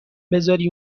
بزاری